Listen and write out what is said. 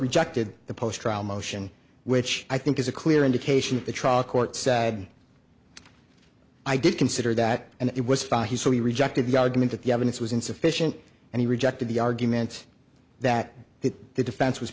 rejected the post trial motion which i think is a clear indication that the trial court said i did consider that and it was fine he said he rejected the argument that the evidence was insufficient and he rejected the argument that the defense was